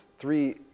three